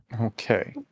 Okay